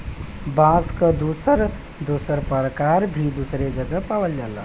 बांस क दुसर दुसर परकार भी दुसरे जगह पावल जाला